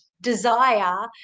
desire